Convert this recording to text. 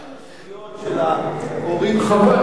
מה עם הזכויות של ההורים שלנו,